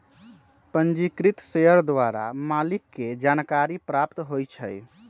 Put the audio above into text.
पंजीकृत शेयर द्वारा मालिक के जानकारी प्राप्त होइ छइ